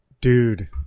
dude